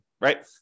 right